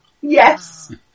yes